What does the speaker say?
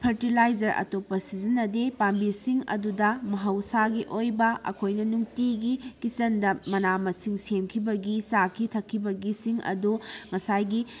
fertiliser ꯑꯇꯣꯞꯄ ꯁꯤꯖꯤꯟꯅꯗꯦ ꯄꯥꯝꯕꯤꯁꯤꯡ ꯑꯗꯨꯗ ꯃꯍꯧꯁꯥꯒꯤ ꯑꯣꯏꯕ ꯑꯩꯈꯣꯏꯅ ꯅꯨꯡꯇꯤꯒꯤ ꯀꯤꯆꯦꯟꯗ ꯃꯅꯥ ꯃꯁꯤꯡ ꯁꯦꯝꯈꯤꯕꯒꯤ ꯆꯥꯈꯤ ꯊꯛꯈꯤꯕꯒꯤꯁꯤꯡ ꯑꯗꯨ ꯉꯁꯥꯏꯒꯤ